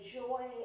joy